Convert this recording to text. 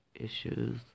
issues